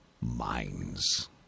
minds